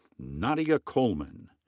nadia coleman.